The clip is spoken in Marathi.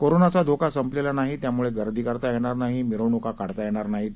कोरोनाचा धोका संपलेला नाही त्यामुळे गर्दी करता येणार नाही मिरवणुका काढता येणार नाहीत